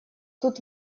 тут